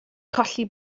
colli